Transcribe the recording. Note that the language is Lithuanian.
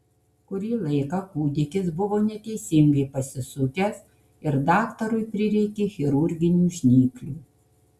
kurį laiką kūdikis buvo neteisingai pasisukęs ir daktarui prireikė chirurginių žnyplių